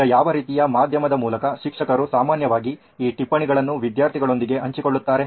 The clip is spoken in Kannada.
ಈಗ ಯಾವ ರೀತಿಯ ಮಾಧ್ಯಮದ ಮೂಲಕ ಶಿಕ್ಷಕರು ಸಾಮಾನ್ಯವಾಗಿ ಈ ಟಿಪ್ಪಣಿಗಳನ್ನು ವಿದ್ಯಾರ್ಥಿಗಳೊಂದಿಗೆ ಹಂಚಿಕೊಳ್ಳುತ್ತಾರೆ